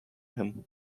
him